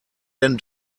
denn